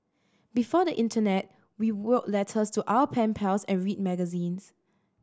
before the internet we wrote letters to our pen pals and read magazines